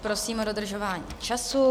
Poprosím o dodržování času.